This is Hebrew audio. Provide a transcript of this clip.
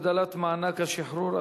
הגדלת מענק השחרור),